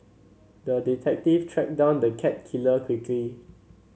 the detective tracked down the cat killer quickly